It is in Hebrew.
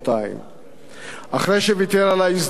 אחרי שוויתר על ההזדמנות לפשרה היסטורית